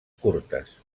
curtes